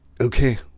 Okay